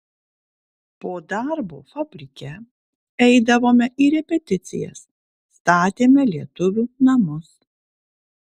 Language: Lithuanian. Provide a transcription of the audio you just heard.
po darbo fabrike eidavome į repeticijas statėme lietuvių namus